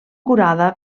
curada